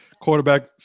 quarterback